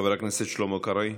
חבר הכנסת שלמה קרעי,